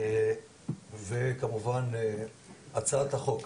וכמובן הצעת החוק.